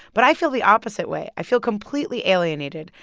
but i feel the opposite way. i feel completely alienated.